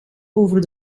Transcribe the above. over